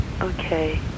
Okay